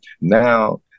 now